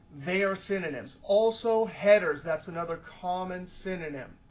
they are synonyms. also headers, that's another common synonym.